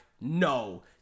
no